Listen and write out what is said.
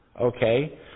Okay